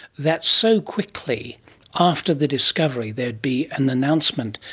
that so quickly after the discovery there would be an announcement,